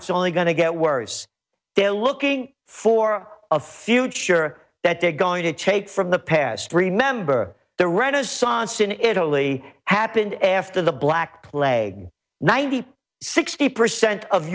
it's only going to get worse they are looking for a future that they're going to take from the past remember the renaissance in italy happened after the black leg ninety sixty percent of